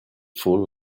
full